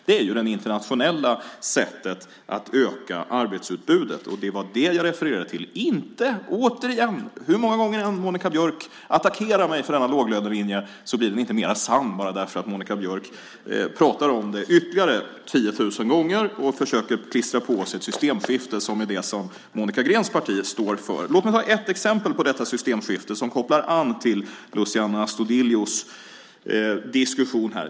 Det är det internationella sättet att öka arbetsutbudet. Det var det jag refererade till. Hur många gånger Monica Green än attackerar mig för denna låglönelinje blir den inte mer sann bara därför att Monica Green pratar om det ytterligare 10 000 gånger och försöker klistra på ett systemskifte - som är det som Monica Greens parti står för. Låt mig ta ett exempel på detta systemskifte som kopplar an till Luciano Astudillos diskussion.